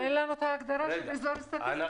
אבל אין לנו את ההגדרה של אזור סטטיסטי.